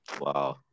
wow